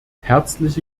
herzliche